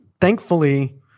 Thankfully